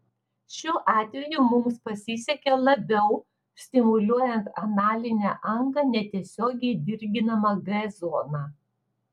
šiuo atveju mums pasisekė labiau stimuliuojant analinę angą netiesiogiai dirginama g zona